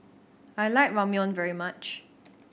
I like Ramyeon very much